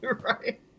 Right